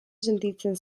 sentitzen